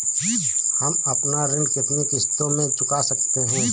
हम अपना ऋण कितनी किश्तों में चुका सकते हैं?